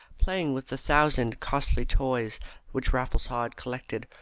playing with the thousand costly toys which raffles haw had collected,